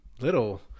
Little